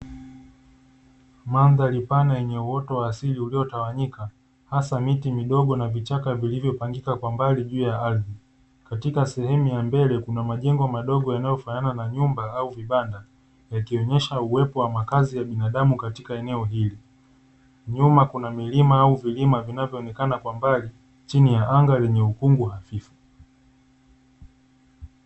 Mandhari pana yenye uoto wa asili uliotawanyika hasa miti midogo na vichaka vilivyopangika kwa mbali juu ya ardh,i katika sehemu ya mbele kuna majengo madogo yanayofanana na nyumba au vibanda vyakionesha uwepo wa makazi ya binadamu katika eneo hili, nyuma kuna milima au vilima vinavyoonekana kwa mbali chini ya anga lenye ukungu hafifu.